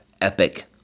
epic